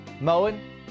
mowing